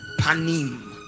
panim